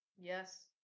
yes